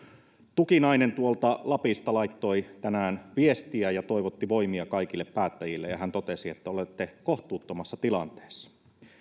tukinainen tuolta lapista laittoi tänään viestiä ja toivotti voimia kaikille päättäjille ja hän totesi että olette kohtuuttomassa tilanteessa